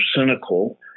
cynical